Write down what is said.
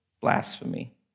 blasphemy